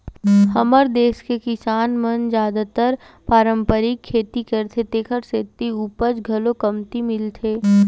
हमर देस के किसान मन जादातर पारंपरिक खेती करथे तेखर सेती उपज घलो कमती मिलथे